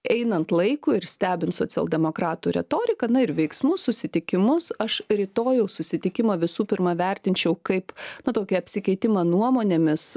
einant laikui ir stebint socialdemokratų retoriką na ir veiksmus susitikimus aš rytojaus susitikimą visų pirma vertinčiau kaip nu tuokį apsikeitimą nuomonėmis